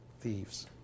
thieves